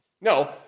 No